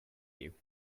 you